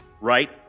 right